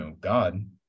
God